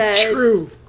true